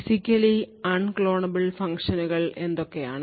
physically unclonable ഫംഗ്ഷനുകൾ എന്തൊക്കെയാണ്